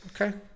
Okay